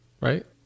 right